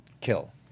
kill